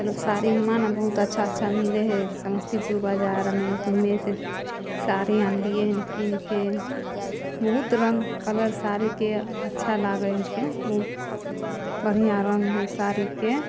तऽ लोक साड़ी हुआँ नऽ बहुत अच्छा अच्छा मिलै है समस्तीपुर बजारमे हूएँ से साड़ी अनलीयै हन कीनिके बहुत रंग कलर साड़ीके अच्छा लागै हिके बहुत बढ़िऑं रङ्ग हइ साड़ीके